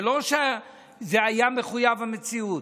זה לא שזה היה מחויב המציאות.